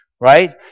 right